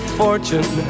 fortune